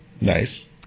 Nice